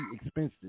expensive